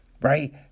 right